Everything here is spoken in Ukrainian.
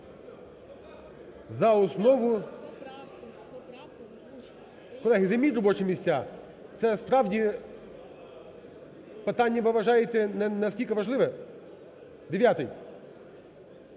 за основу. Колеги, займіть робочі місця, це, справді, питання, ви вважаєте, не настільки важливе? Дев'ятий.